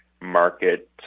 Market